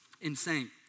insane